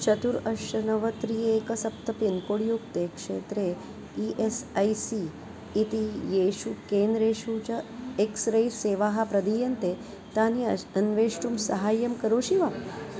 चतुरष्ट नव त्रि एकं सप्त पिन्कोड्युक्ते क्षेत्रे ई एस् ऐ सी इति येषु केन्द्रेषु च एक्स्रै सेवाः प्रदीयन्ते तानि अश् अन्वेष्टुं साहाय्यं करोषि वा